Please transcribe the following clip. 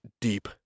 deep